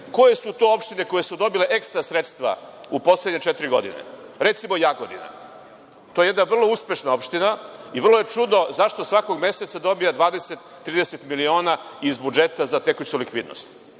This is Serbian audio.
koje su to opštine koje su dobile ekstra sredstva u poslednje četiri godine. Recimo, Jagodina. To je jedna vrlo uspešna opština i vrlo je čudno zašto svakog meseca dobija 20-30 miliona iz budžeta za tekuću likvidnost.